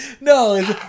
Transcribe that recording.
No